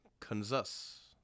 Kansas